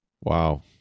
Wow